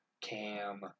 Cam